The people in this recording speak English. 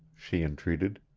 she entreated.